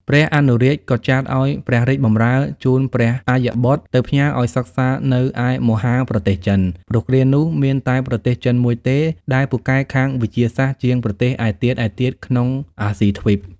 ព្រះអនុរាជ ក៏ចាត់ឲ្យព្រះរាជបម្រើជូនព្រះអយ្យបុត្រទៅផ្ញើឲ្យសិក្សានៅឯមហាប្រទេសចិន ព្រោះគ្រានោះមានតែប្រទេសចិនមួយទេ ដែលពូកែខាងវិទ្យាសាស្ត្រជាងប្រទេសឯទៀតៗ ក្នុងអាស៊ីទ្វីប ។